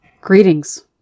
Greetings